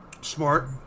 Smart